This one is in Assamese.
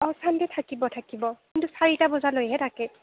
অঁ চানডে থাকিব থাকিব কিন্তু চাৰিটা বজালৈহে থাকে